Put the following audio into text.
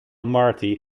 marty